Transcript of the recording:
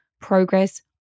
progress